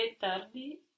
tardi